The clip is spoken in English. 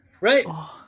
Right